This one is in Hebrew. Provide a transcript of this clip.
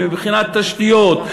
ומבחינת תשתיות,